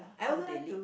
how they lead